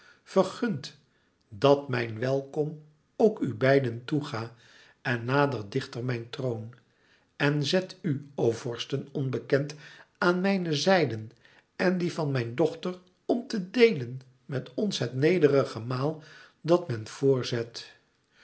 vergunt dat mijn welkom ook ù beiden toe ga en nadert dichter mijn troon en zet u o vorsten onbekend aan mijne zijden en die van mijn dochter om te deel en met ons het nederige maal dat men voor